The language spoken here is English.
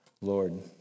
Lord